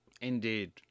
Indeed